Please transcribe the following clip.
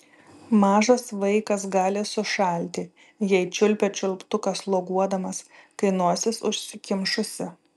mažas vaikas gali sušalti jei čiulpia čiulptuką sloguodamas kai nosis užsikimšusi